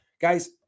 Guys